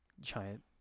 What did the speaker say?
Giant